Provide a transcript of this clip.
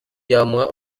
yamuha